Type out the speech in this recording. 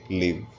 live